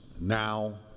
now